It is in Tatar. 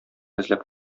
эзләп